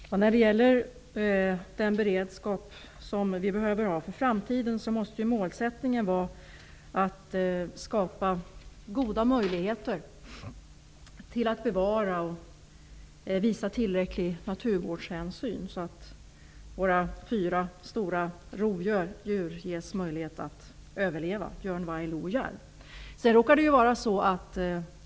Herr talman! När det gäller den beredskap vi bör ha för framtiden måste målsättningen vara att skapa goda möjligheter att bevara och visa tillräcklig naturvårdshänsyn så att våra fyra stora rovdjur ges möjlighet att överleva: björn, varg, lo och järv.